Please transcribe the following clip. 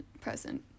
present